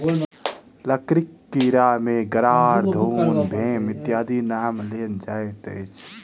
लकड़ीक कीड़ा मे गरार, घुन, भेम इत्यादिक नाम लेल जाइत अछि